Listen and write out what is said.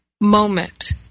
moment